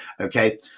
Okay